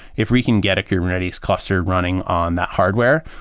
if we can get a kubernetes cluster running on the hardware,